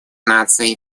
наций